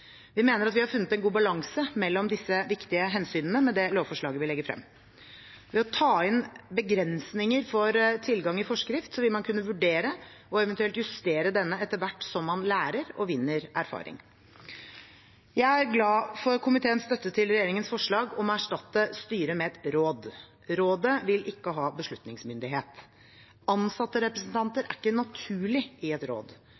Vi mener at vi har funnet en god balanse mellom disse viktige hensynene med det lovforslaget vi legger frem. Ved å ta inn begrensninger for tilgang i forskrift vil man kunne vurdere og eventuelt justere denne etter hvert som man lærer og vinner erfaring. Jeg er glad for komiteens støtte til regjeringens forslag om å erstatte styret med et råd. Rådet vil ikke ha beslutningsmyndighet. Ansattrepresentanter er ikke naturlig i et råd.